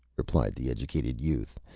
replied the educated youth.